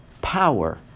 power